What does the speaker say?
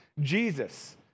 Jesus